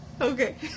Okay